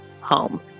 home